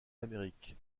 l’amérique